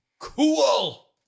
Cool